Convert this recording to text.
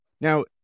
Now